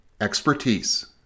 expertise